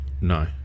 No